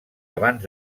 abans